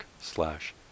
slash